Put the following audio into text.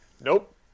Nope